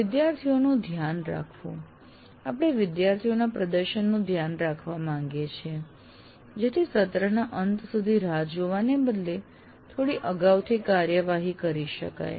વિદ્યાર્થીઓનું ધ્યાન રાખવું આપણે વિદ્યાર્થીઓના પ્રદર્શનનું ધ્યાન રાખવા માંગીએ છીએ જેથી સત્રના અંત સુધી રાહ જોવાને બદલે થોડી અગાઉથી કાર્યવાહી કરી શકાય